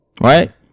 right